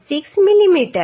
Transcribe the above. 6 millimetre